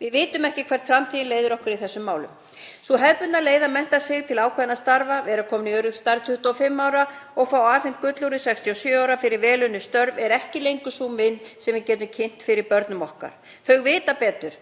Við vitum ekki hvert framtíðin leiðir okkur í þessum málum. Sú hefðbundna leið að mennta sig til ákveðinna starfa, vera kominn í öruggt starf 25 ára og fá afhent gullúrið 67 ára fyrir vel unnin störf, er ekki lengur sú mynd sem við getum kynnt fyrir börnum okkar. Þau vita betur.